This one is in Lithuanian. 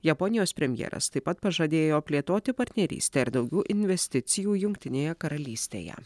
japonijos premjeras taip pat pažadėjo plėtoti partnerystę ir daugiau investicijų jungtinėje karalystėje